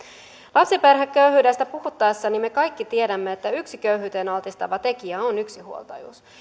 lapsiperheköyhyydestä puhuttaessa me kaikki tiedämme että yksi köyhyydelle altistava tekijä on yksinhuoltajuus